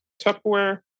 Tupperware